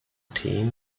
team